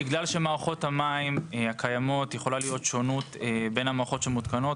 בגלל שיכולה להיות שונות בין מערכות המים הקיימות שמותקנות,